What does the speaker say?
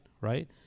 right